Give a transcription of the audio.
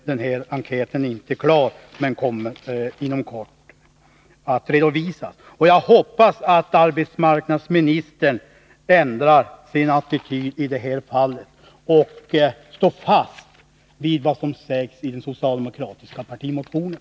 Denna enkät är ännu inte helt klar, men den kommer att redovisas inom kort. Jag hoppas att arbetsmarknadsministern ändrar sin attityd i det här fallet och står fast vid vad som sägs i den socialdemokratiska partimotionen.